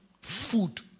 food